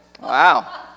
Wow